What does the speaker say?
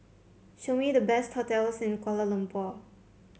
show me the best hotels in Kuala Lumpur